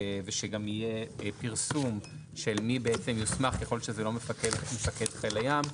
ושגם יהיה פרסום של מי בעצם יוסמך ככל שזה לא מפקד חיל הים,